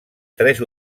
tres